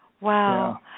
Wow